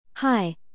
Hi